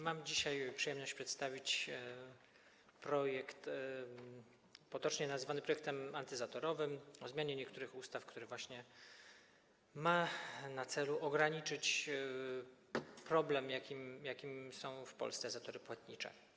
Mam dzisiaj przyjemność przedstawić projekt potocznie nazywany projektem antyzatorowym, o zmianie niektórych ustaw, który właśnie ma na celu ograniczyć problem, jakim są w Polsce zatory płatnicze.